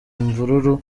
imvururu